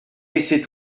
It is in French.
laisser